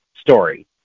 story